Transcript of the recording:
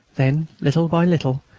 then, little by little,